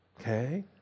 Okay